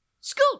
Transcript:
Scoot